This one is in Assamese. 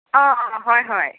অঁ হয় হয়